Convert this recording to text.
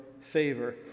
favor